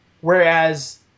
Whereas